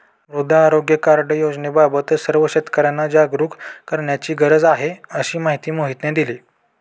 मृदा आरोग्य कार्ड योजनेबाबत सर्व शेतकर्यांना जागरूक करण्याची गरज आहे, अशी माहिती मोहितने दिली